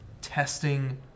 testing